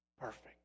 perfect